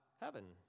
heaven